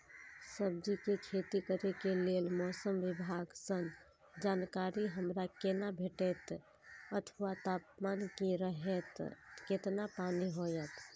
सब्जीके खेती करे के लेल मौसम विभाग सँ जानकारी हमरा केना भेटैत अथवा तापमान की रहैत केतना पानी होयत?